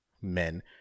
men